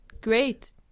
Great